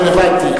כן, הבנתי.